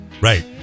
right